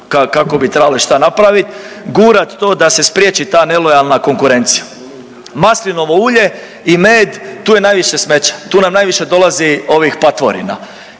kako bi trebalo i šta napraviti, gurati to da se spriječi ta nelojalna konkurencija. Maslinovo ulje i med, tu je najviše smeća, tu nam najviše dolazi ovih patvorina.